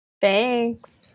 Thanks